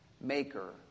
maker